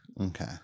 Okay